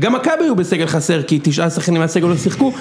וגם מכבי הוא בסגל חסר כי תשעה שחקנים מהסגל לא שיחקו,